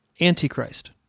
antichrist